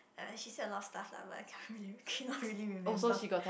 uh she said a lot of stuff lah but I can't really cannot really remember